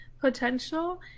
potential